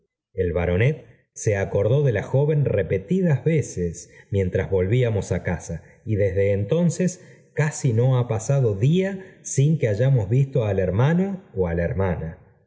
el baronet se acordó de la joven repetidas veces mientras volvíalos á casa y desde entonces casi no ha pasado día sin que hayamos visto al hermano ó á la hermana